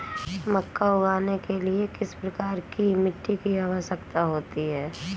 मक्का उगाने के लिए किस प्रकार की मिट्टी की आवश्यकता होती है?